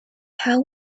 how